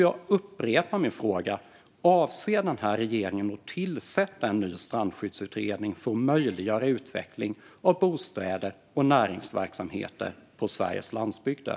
Jag upprepar min fråga: Avser regeringen att tillsätta en ny strandskyddsutredning för att möjliggöra utveckling av bostäder och näringsverksamheter på Sveriges landsbygder?